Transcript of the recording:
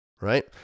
Right